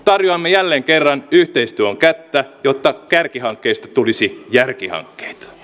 tarjoamme jälleen kerran yhteistyön kättä jotta kärkihankkeista tulisi järkihankkeita